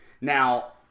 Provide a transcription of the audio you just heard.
Now